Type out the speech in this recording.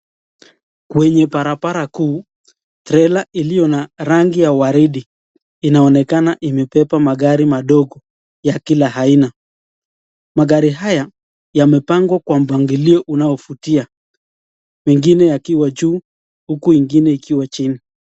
Kwenye barabara kuu , trailer iliyo na rangi ya waridi inaonekana imebeba magari madogo, ya kila aina, magari haya yamepangwa kwa mpagilio unaovutia mengine yakiwa juu huku mengine ikiwa chini.